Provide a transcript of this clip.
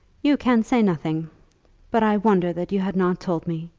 you can say nothing but i wonder that you had not told me.